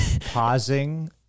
pausing